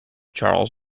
charles